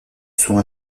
sont